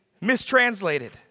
mistranslated